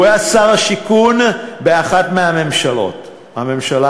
הוא היה שר השיכון באחת מהממשלות, הממשלה